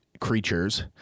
creatures